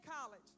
College